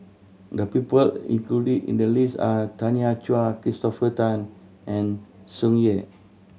the people included in the list are Tanya Chua Christopher Tan and Tsung Yeh